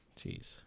Jeez